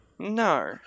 No